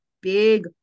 big